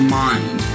mind